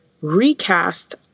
recast